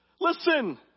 Listen